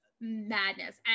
madness